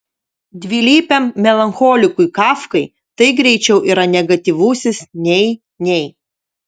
dvilypiam melancholikui kafkai tai greičiau yra negatyvusis nei nei